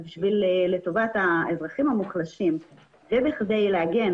אז לטובת האזרחים המוחלשים ובכדי להגן